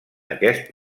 aquest